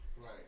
Right